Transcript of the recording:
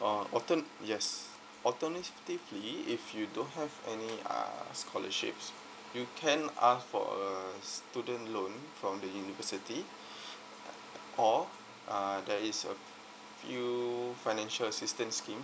or altern~ yes alternatively if you don't have any uh scholarships you can ask for a student loan from the university or uh there is a few financial assistance schemes